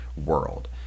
World